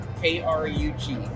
K-R-U-G